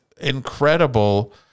incredible